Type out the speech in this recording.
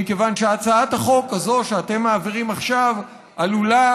מכיוון שהצעת החוק הזו שאתם מעבירים עכשיו עלולה